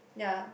ya